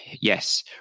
Yes